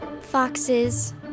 Foxes